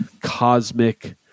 cosmic